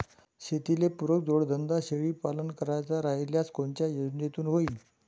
शेतीले पुरक जोडधंदा शेळीपालन करायचा राह्यल्यास कोनच्या योजनेतून होईन?